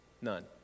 None